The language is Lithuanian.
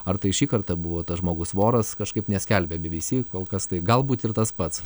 ar tai šį kartą buvo tas žmogus voras kažkaip neskelbia bbc kol kas tai galbūt ir tas pats